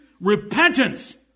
Repentance